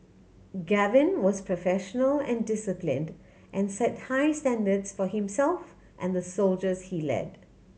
Gavin was professional and disciplined and set high standards for himself and the soldiers he led